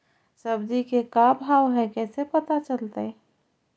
सब्जी के का भाव है कैसे पता चलतै?